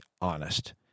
honest